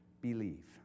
believe